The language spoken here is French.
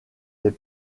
fait